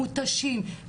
מותשים.